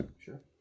sure